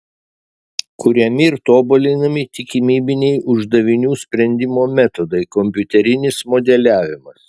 kuriami ir tobulinami tikimybiniai uždavinių sprendimo metodai kompiuterinis modeliavimas